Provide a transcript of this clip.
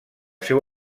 seu